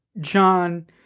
John